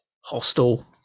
Hostel